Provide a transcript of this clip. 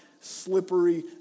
slippery